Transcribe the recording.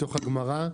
מתוך הגמרא.